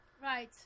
Right